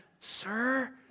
Sir